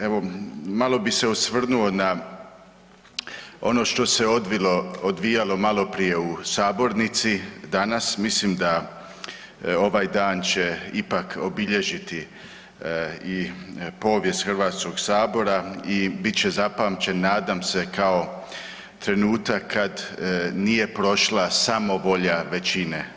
Evo malo bih se osvrnuo na ono što se odvijalo malo prije u sabornici danas, mislim da ovaj dan će ipak obilježiti i povijest Hrvatskoga sabora i bit će zapamćen nadam se kao trenutak kada nije prošla samovolja većine.